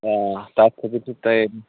آ تَتھ تھٲوزیٚو تۄہہِ تیاری